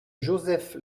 joseph